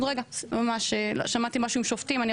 שמעתי משהו עם שופטים.